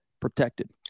protected